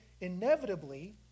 Inevitably